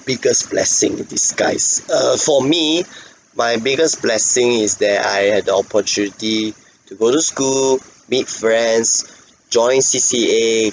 biggest blessing in disguise err for me my biggest blessing is that I had the opportunity to go to school meet friends join C_C_A